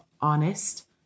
honest